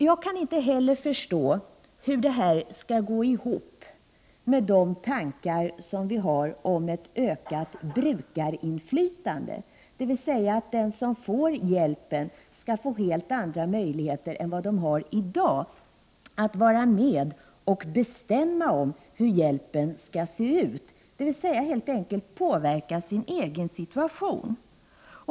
Jag kan inte heller förstå hur detta skall gå ihop med de tankar som vi har om ett ökat brukarinflytande, dvs. att de som får hjälpen skall få helt andra möjligheter än de har i dag att vara med och bestämma om hur hjälpen skall se ut, helt enkelt påverka sin egen situation.